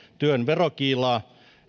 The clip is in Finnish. työn verokiilaa